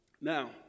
now